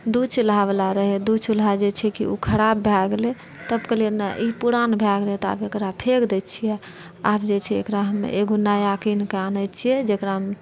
दू चुल्हाबला रहय दू चूल्हा जे छै कि ओ खराप भए गेलय तब कहलियै नहि ई पुरान भए गेलय आब एकरा फेँक दैत छियै आब जे छै हम एकगो नया किनके आनय छियै जेकरामे